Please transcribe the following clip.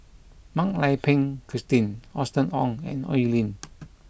Mak Lai Peng Christine Austen Ong and Oi Lin